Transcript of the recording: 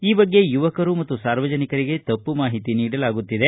ಈ ಬಗ್ಗೆ ಯುವಕರು ಮತ್ತು ಸಾರ್ವಜನಿಕರಿಗೆ ತಪ್ಪು ಮಾಹಿತಿ ನೀಡಲಾಗುತ್ತಿದೆ